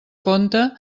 compte